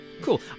cool